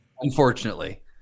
unfortunately